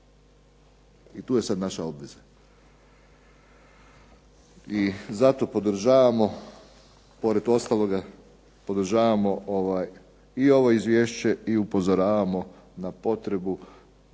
I tu je sada naša obveza. I zato podržavamo pored ostalog podržavamo i ovo izvješće i upozoravamo na potrebu snažnije